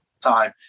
time